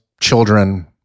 children